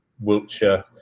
wiltshire